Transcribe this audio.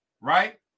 right